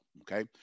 okay